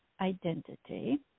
identity